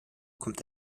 kommt